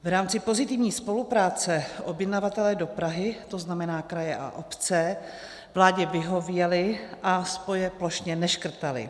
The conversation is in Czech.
V rámci pozitivní spolupráce objednavatelé dopravy, to znamená kraje a obce, vládě vyhověli a spoje plošně neškrtaly.